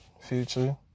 Future